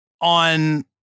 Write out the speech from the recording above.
on